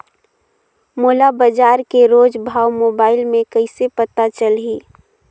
मोला बजार के रोज भाव मोबाइल मे कइसे पता चलही?